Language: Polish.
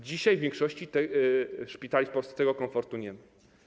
Dzisiaj w większości szpitali w Polsce tego komfortu nie ma.